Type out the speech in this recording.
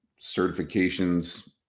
certifications